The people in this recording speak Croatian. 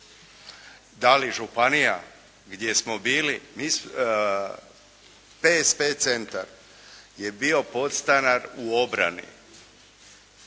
Da li županija gdje smo bili, PSP centar je bio podstanar u obrani.